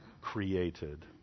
created